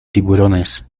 tiburones